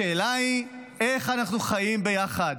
השאלה היא איך אנחנו חיים ביחד.